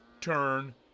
turn